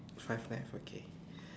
five left okay